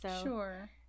Sure